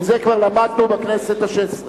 כי את זה כבר למדנו בכנסת השש-עשרה.